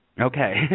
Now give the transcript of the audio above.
Okay